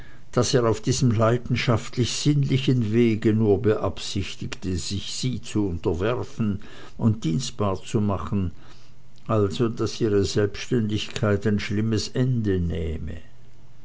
daß er auf diesem leidenschaftlich sinnlichen wege nur beabsichtigte sie sich zu unterwerfen und dienstbar zu machen also daß ihre selbständigkeit ein schlimmes ende nähme